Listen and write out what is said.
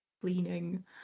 cleaning